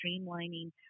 streamlining